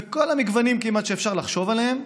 וכמעט כל המגוונים שאפשר לחשוב עליהם,